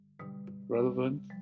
relevant